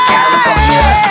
California